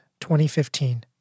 2015